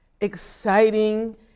exciting